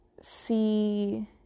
see